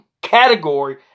category